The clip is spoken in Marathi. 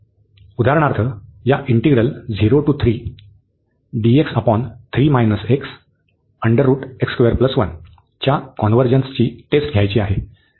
उदाहरणार्थ या इंटिग्रल च्या कॉन्व्हर्जन्सची टेस्ट घ्यायची आहे